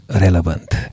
relevant